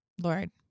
Lord